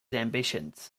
ambitions